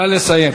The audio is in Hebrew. נא לסיים.